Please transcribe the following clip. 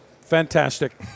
Fantastic